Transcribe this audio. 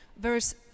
verse